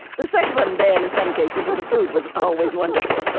the sex wasn't bad in some cases, but the food was always wonderful